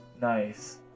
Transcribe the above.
Nice